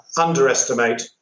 underestimate